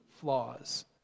flaws